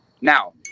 Now